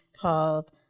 called